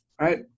right